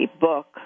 book